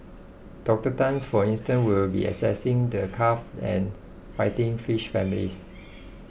Doctor Tan for instance will be assessing the carp and fighting fish families